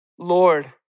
Lord